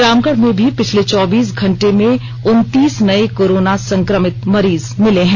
रामगढ़ में भी पिछले चौबीस घंटे में उनतीस नये कोरोना संक्रमित मरीज मिले हैं